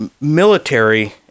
Military